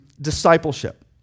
discipleship